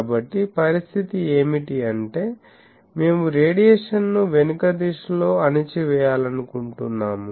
కాబట్టి పరిస్థితి ఏమిటి అంటే మేము రేడియేషన్ ను వెనుక దిశలో అణచివేయాలనుకుంటున్నాము